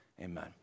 amen